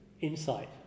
insight